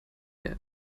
der